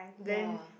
ya